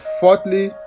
Fourthly